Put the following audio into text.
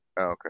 okay